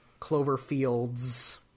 Cloverfields